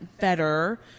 better